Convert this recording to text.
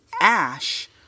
ash